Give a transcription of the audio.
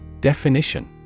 Definition